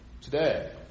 today